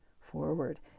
forward